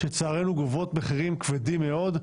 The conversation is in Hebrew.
שלצערנו גובים מחירים כבדים מאוד,